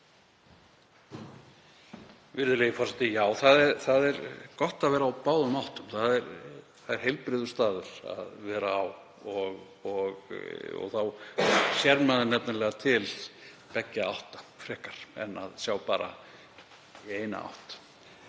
Virðulegi forseti. Já, það er gott að vera á báðum áttum, það er heilbrigt að vera á þeim stað. Þá sér maður nefnilega til beggja átta frekar en að sjá bara í eina átt.